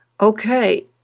okay